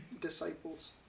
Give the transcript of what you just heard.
disciples